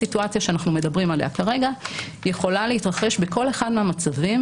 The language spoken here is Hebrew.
הסיטואציה שאנחנו מדברים עליה כרגע יכולה להתרחש בכל אחד מהמצבים